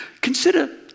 Consider